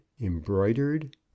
embroidered